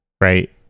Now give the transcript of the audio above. right